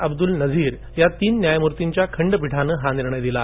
अब्दूल नझीर या तीन न्यायाधीशांच्या खंडपीठाने हा निर्णय दिला